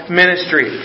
ministry